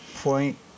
point